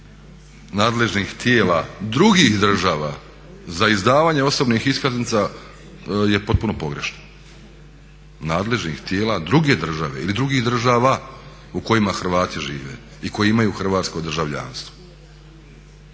nadležnih tijela drugih država za izdavanje osobnih iskaznica je potpuno pogrešno, nadležnih tijela druge države ili drugih država u kojima Hrvati žive i koji imaju hrvatsko državljanstvo.